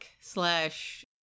slash